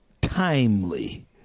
timely